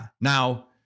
Now